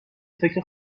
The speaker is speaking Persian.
فکر